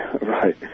Right